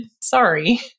Sorry